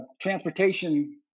transportation